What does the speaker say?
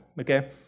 okay